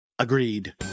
Agreed